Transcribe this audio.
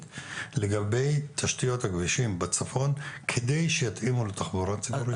לגבי תשתיות הכבישים בצפון כדי שיתאימו לתחבורה ציבורית?